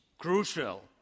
Crucial